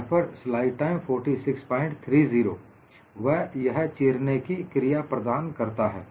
Refer Slide time 4630 व यह चीरने की क्रिया प्रदान करता है